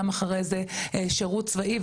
גם אחרי זה שירות צבאי,